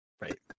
Right